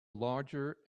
larger